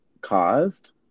caused